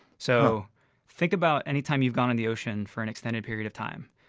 so think about any time you've gone in the ocean for an extended period of time.